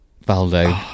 Valdo